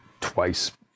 twice